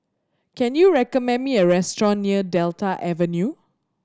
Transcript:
can you recommend me a restaurant near Delta Avenue